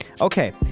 Okay